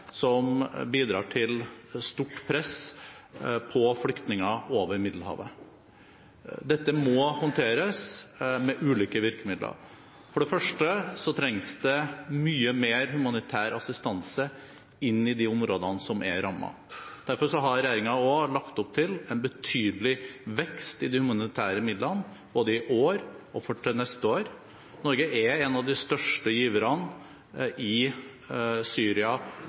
som bidrar til et stort press av flyktninger over Middelhavet. Dette må håndteres med ulike virkemidler. For det første trengs det mye mer humanitær assistanse i de områdene som er rammet. Derfor har regjeringen lagt opp til en betydelig vekst i de humanitære midlene både i år og til neste år. Norge er en av de største giverne i Syria